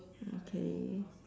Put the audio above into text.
okay